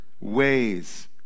ways